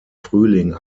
frühling